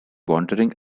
wandering